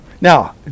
Now